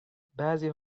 بعضی